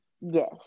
Yes